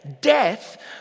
Death